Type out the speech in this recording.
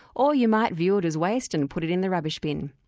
or you might view it as waste and put it in the rubbish bin.